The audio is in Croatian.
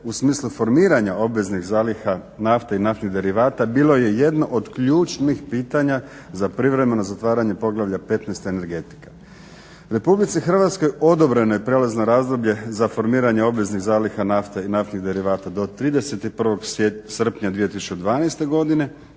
u smislu formiranja obveznih zaliha nafte i naftnih derivata bilo je jedno od ključnih pitanja za privremeno zatvaranje Poglavlja 15. – Energetika. Republici Hrvatskoj odobreno je prijelazno razdoblje za formiranje obveznih zaliha nafte i naftnih derivata do 31. srpnja 2012. godine